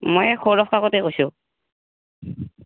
মই সৌৰভ কাকতিয়ে কৈছোঁ